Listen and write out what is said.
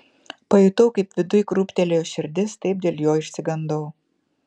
pajutau kaip viduj krūptelėjo širdis taip dėl jo išsigandau